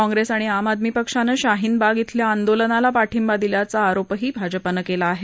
काँग्रेस आणि आम आदमी पक्षानं शाहीन बाग बिल्या आंदोलनाला पाठींबा दिला असल्याचाही आरोप भाजपानं केला आहे